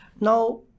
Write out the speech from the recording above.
Now